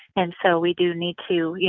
and so we do need to, you